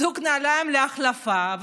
זוג נעליים להחלפה.